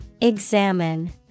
Examine